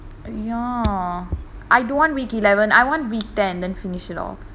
ya I don't want week eleven I want week ten then finish it off